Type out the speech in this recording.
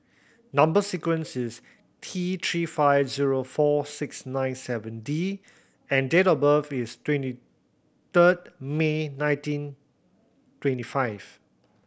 number sequence is T Three five zero four six nine seven D and date of birth is twenty third May nineteen twenty five